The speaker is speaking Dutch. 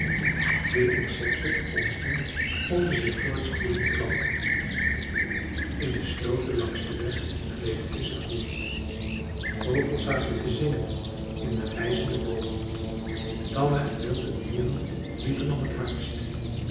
de insekten gonsden om de zich voortspoedende planten in de sloten langs den weg gleden visschen voort vogels zaten te zingen in de reizende boomen tamme en wilde dieren liepen om t hardst